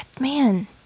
man